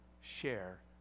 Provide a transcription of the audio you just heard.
share